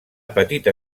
petita